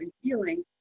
healing